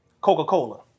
Coca-Cola